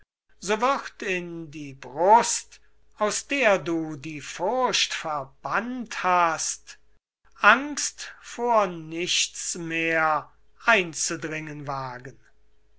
wird in die brust aus der du die furcht verbannt hast angst vor nichts mehr einzudringen wagen